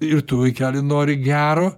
ir tu vaikeli nori gero